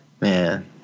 Man